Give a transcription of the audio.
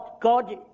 God